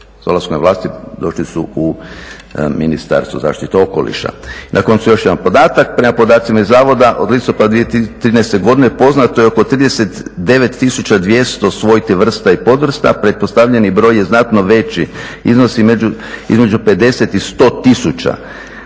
dolaskom na vlast došli su u Ministarstvo zaštite okoliša. Na koncu još jedan podatak, prema podacima iz zavoda od listopada 2013. poznato je oko 39 200 svojti, vrsta i podvrsta, pretpostavljeni broj je znatno veći, iznosi između 50 i 100